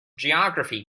geography